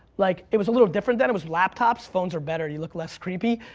like it was a little different then, it was laptops. phones are better, you look less creepy.